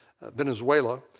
Venezuela